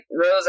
Rose